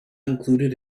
included